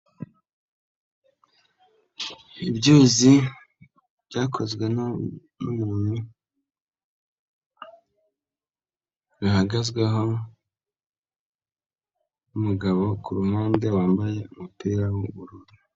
Ibyuzi byakozwe n'umuntu bihagazweho n'umugabo ku ruhande wambaye umupira w'ubururu.